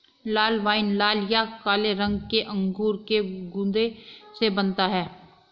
लाल wine लाल या काले रंग के अंगूर के गूदे से बनता है